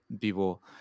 people